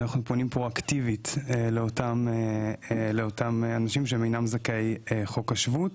אנחנו פונים פרו-אקטיבית לאותם אנשים שאינם זכאי חוק השבות.